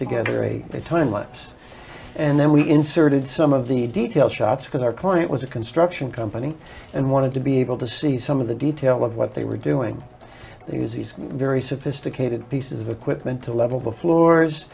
together a time lapse and then we inserted some of the detail shots because our client was a construction company and wanted to be able to see some of the detail of what they were doing and he was he's very sophisticated pieces of equipment to level the floors